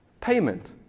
payment